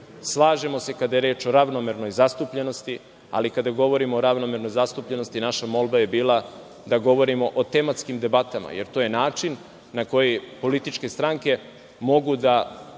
Slažemo se kada je reč o ravnomernoj zastupljenosti, ali kada govorimo o ravnomernoj zastupljenosti, naša molba je bila da govorimo o tematskim debatama, jer to je način na koji političke stranke mogu da